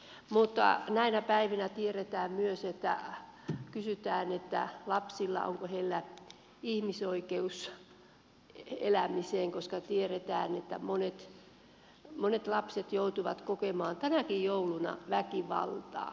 mutta näinä päivinä tiedetään myös kun kysytään onko lapsilla ihmisoikeus elämiseen että monet lapset joutuvat kokemaan tänäkin jouluna väkivaltaa